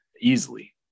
Easily